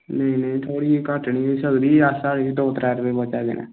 थोह्ड़ी घट्ट निं होई सकदी असेंगी बी दौं त्रै गै बचा दे न